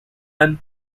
and